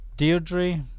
Deirdre